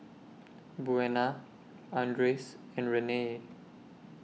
Buena Andres and Renae